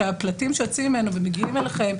שהפלטים שיוצאים ממנו ומגיעים אליכם,